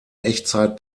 echtzeit